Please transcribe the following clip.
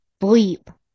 bleep